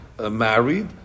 married